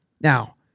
Now